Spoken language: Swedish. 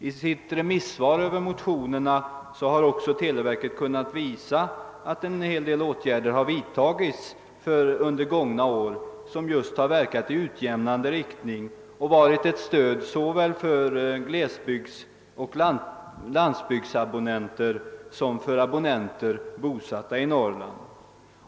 I sitt remissvar över motionerna har televerket också kunnat åberopa att en hel del åtgärder under gångna år har vidtagits som har verkat i utjämnande riktning och varit ett stöd såväl för glesbygdsoch landsbygdsabonnenter som för abonnenter bosatta i Norrland.